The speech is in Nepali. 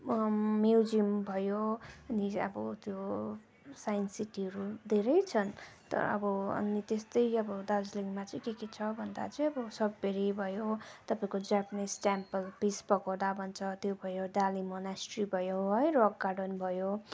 मम् म्युजियम भयो अनि चाहिँ अब त्यो साइन्स सिटीहरू धेरै छन् त अब अनि त्यस्तै अब दार्जिलिङमा चाहिँ के के छ भन्दा चाहिँ अब सब्बेरी भयो तपाईँको जापानिस टेम्पल पिस पगोडा भन्छ त्यो भयो डाली मोनास्ट्री भयो है रक गार्डन भयो